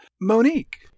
monique